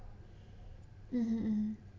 mmhmm